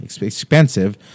expensive